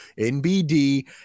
NBD